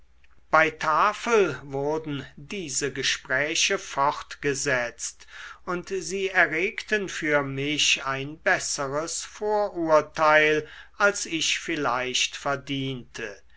bei tafel wurden diese gespräche fortgesetzt und sie erregten für mich ein besseres vorurteil als ich vielleicht verdiente